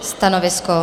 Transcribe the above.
Stanovisko?